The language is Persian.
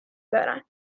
دارن